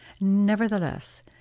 Nevertheless